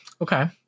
okay